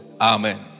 Amen